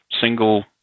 single